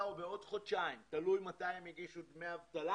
או בעוד חודשיים תלוי מתי הם יגישו דמי אבטלה